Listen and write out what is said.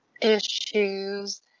issues